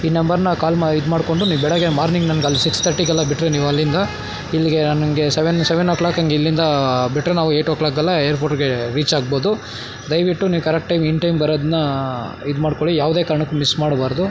ಈ ನಂಬರನ್ನ ಕಾಲ್ ಮಾ ಇದು ಮಾಡಿಕೊಂಡು ನೀವು ಬೆಳಗ್ಗೆ ಮಾರ್ನಿಂಗ್ ನನ್ಗಲ್ಲಿ ಸಿಕ್ಸ್ ಥರ್ಟಿಗೆಲ್ಲ ಬಿಟ್ಟರೆ ನೀವು ಅಲ್ಲಿಂದ ಇಲ್ಲಿಗೆ ನಾನು ನಿಮಗೆ ಸವೆನ್ ಸವೆನ್ ಒ ಕ್ಲಾಕಂಗೆ ಇಲ್ಲಿಂದ ಬಿಟ್ಟರೆ ನಾವು ಏಟ್ ಒ ಕ್ಲಾಕ್ಗೆಲ್ಲ ಏರ್ಪೋರ್ಟ್ಗೆ ರೀಚಾಗ್ಬೊದು ದಯವಿಟ್ಟು ನೀವು ಕರೆಕ್ಟ್ ಟೈಮ್ ಇನ್ ಟೈಮ್ ಬರೋದನ್ನ ಇದು ಮಾಡಿಕೊಳ್ಳಿ ಯಾವುದೇ ಕಾರಣಕ್ಕೂ ಮಿಸ್ ಮಾಡಬಾರ್ದು